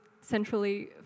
centrally